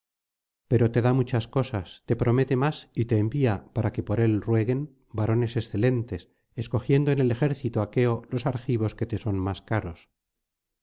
pero te da muchas cosas te promete más y te envía para que por él rueguen varones excelentes escogiendo en el ejército aqueo los argivos que te son más caros